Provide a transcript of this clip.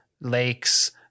lakes